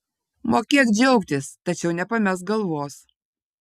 mokėk džiaugtis tačiau nepamesk galvos